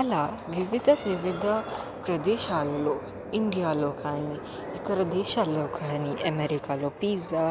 అలా వివిద వివిద ప్రదేశాలలో ఇండియాలో కానీ ఇతర దేశాల్లో కానీ అమెరికాలో పీజ్జా